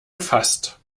gefasst